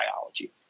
biology